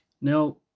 Now